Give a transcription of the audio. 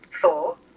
Four